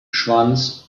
schwanz